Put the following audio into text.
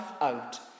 out